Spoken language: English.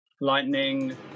lightning